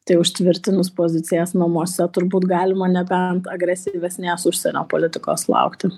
tai užtvirtinus pozicijas namuose turbūt galima nebent agresyvesnės užsienio politikos laukti